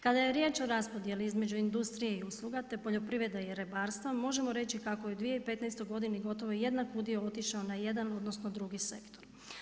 Kada je riječ o raspodjeli između industrije i usluga, te poljoprivrede i ribarstva možemo reći kako je u 2015. godini gotovo jednak udio otišao na jedan odnosno drugi sektor.